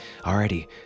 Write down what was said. Alrighty